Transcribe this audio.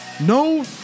no